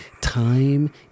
Time